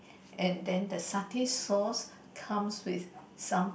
and then the satay sauce comes with some